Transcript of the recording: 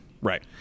right